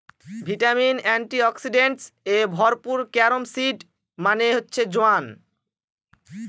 vitamin, antioxidants এ ভরপুর carom seed মানে হচ্ছে জোয়ান